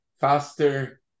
faster